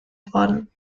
worden